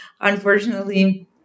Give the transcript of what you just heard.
unfortunately